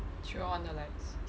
she will on the lights